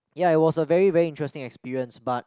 ya it was a very very interesting experience but